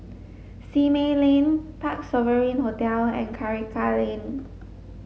Simei Lane Parc Sovereign Hotel and Karikal Lane